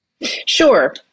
Sure